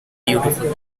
beautiful